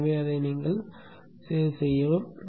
எனவே அதை சேமிக்கவும்